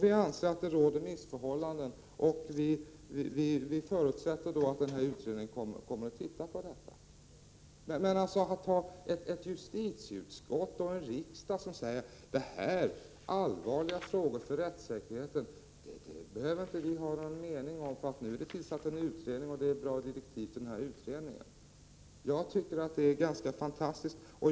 Vi anser att det råder missförhållanden och vi förutsätter att den här utredningen kommer att titta på dessa. Att ha ett justitieutskott och en riksdag som säger: Dessa allvarliga frågor för rättssäkerheten behöver vi inte ha någon uppfattning om, för nu är en utredning tillsatt och har fått bra direktiv. Jag tycker det är ganska fantastiskt.